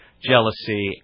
jealousy